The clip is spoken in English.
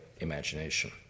imagination